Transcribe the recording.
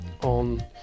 on